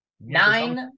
Nine